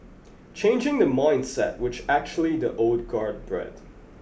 changing the mindset which actually the old guard bred